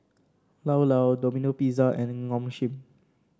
Llao Llao Domino Pizza and Nong Shim